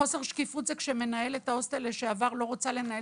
חוסר שקיפות זה כשמנהלת ההוסטל לשעבר לא רוצה לנהל